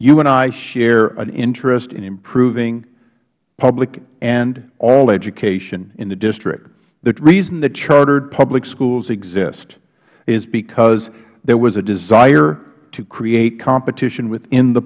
you and i share an interest in improving public and all education in the district the reason the charter public schools exist is because there was a desire to create competition within the